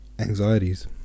anxieties